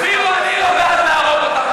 אפילו אני לא בעד להרוג אותם.